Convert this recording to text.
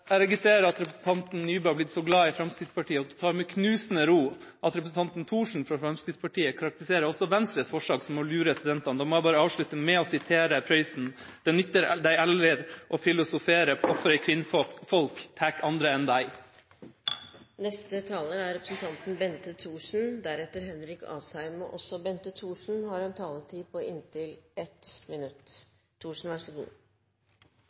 jeg til slutt si: Jeg registrerer at representanten Nybø er blitt så glad i Fremskrittspartiet at hun tar med knusende ro at representanten Thorsen fra Fremskrittspartiet karakteriserte også Venstres forslag som å lure studentene. Da må jeg bare avslutte med å sitere Prøysen: «Det nytter deg æiller å filosofere På åffer et kvinnfolk tæk ændre enn deg» Bente Thorsen har hatt ordet to ganger tidligere og får ordet til en